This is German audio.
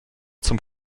zum